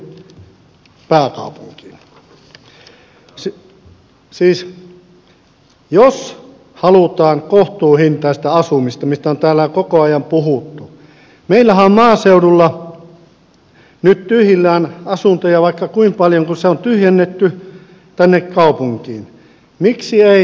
siis jos halutaan kohtuuhintaista asumista mistä on täällä koko ajan puhuttu meillähän on maaseudulla nyt tyhjillään asuntoja vaikka kuinka paljon kun se on tyhjennetty tänne kaupunkiin